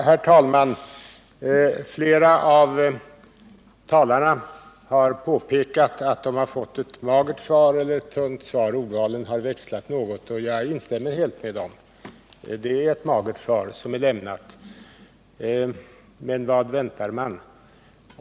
Herr talman! Flera av talarna har påpekat att de har fått ett magert svar eller ett tunt svar — ordvalet har växlat något. Jag instämmer helt med dem. Det är ett magert svar som är lämnat. Men vad väntar man?